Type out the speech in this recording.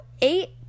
eight